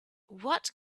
what